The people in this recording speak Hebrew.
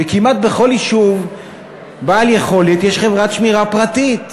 וכמעט בכל יישוב בעל יכולת יש חברת שמירה פרטית,